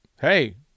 hey